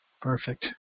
Perfect